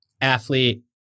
athlete